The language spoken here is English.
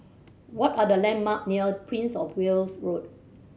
what are the landmark near Prince Of Wales Road